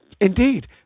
Indeed